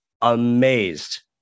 amazed